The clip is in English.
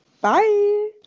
Bye